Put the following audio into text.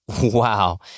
Wow